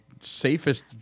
Safest